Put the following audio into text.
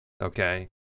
Okay